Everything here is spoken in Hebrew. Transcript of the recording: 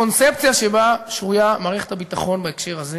הקונספציה שבה שרויה מערכת הביטחון בהקשר הזה